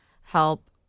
help